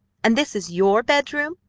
and this is your bedroom!